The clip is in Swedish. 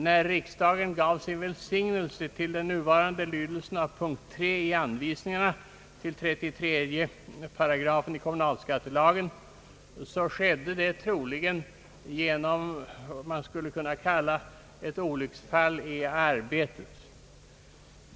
När riksdagen gav sin välsignelse till den nuvarande lydelsen av p. 3 i anvisningar till 33 § i kommunalskattelagen skedde det troligen genom vad man skulle kunna kalla ett olycksfall i arbetet.